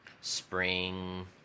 spring